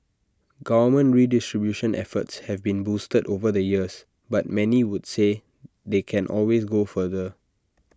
government redistribution efforts have been boosted over the years but many would say they can always go further